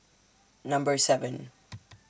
Number seven